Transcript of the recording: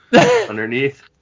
underneath